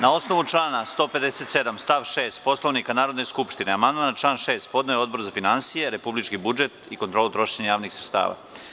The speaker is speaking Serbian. Na osnovu na člana 157. stav 6. Poslovnika Narodne skupštine amandman na član 6. podneo je Odbor za finansije, republički budžet i kontrolu trošenja javnih sredstava.